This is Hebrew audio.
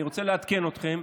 אני רוצה לעדכן אתכם,